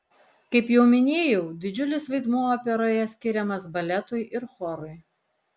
kaip jau minėjau didžiulis vaidmuo operoje skiriamas baletui ir chorui